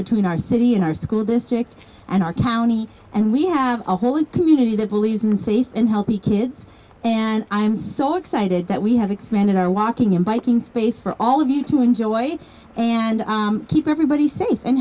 between our city and our school district and our county and we have a whole community that believes in safe and healthy kids and i'm so excited that we have expanded our walking and biking space for all of you to enjoy and keep everybody safe and